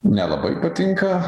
nelabai patinka